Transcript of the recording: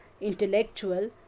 intellectual